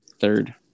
Third